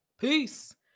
peace